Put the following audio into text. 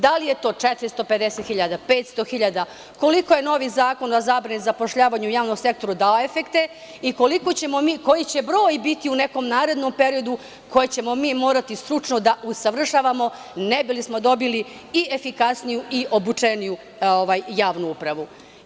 Da li je to 450 hiljada, 500 hiljada, koliko je novi Zakon o zabrani zapošljavanja u javnom sektoru dao efekte i koliko ćemo mi, koji će broj biti u nekom narednom periodu koje ćemo mi morati stručno da usavršavamo, ne bili smo dobili i efikasniju i obučeniju javnu upravu?